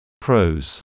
Pros